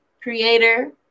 creator